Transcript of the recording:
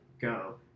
go